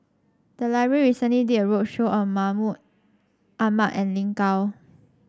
the library recently did a roadshow on Mahmud Ahmad and Lin Gao